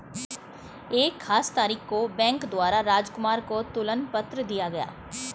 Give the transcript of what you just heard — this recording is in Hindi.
एक खास तारीख को बैंक द्वारा राजकुमार को तुलन पत्र दिया गया